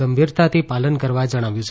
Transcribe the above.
ગંભીરતાથી પાલન કરવા જણાવ્યું છે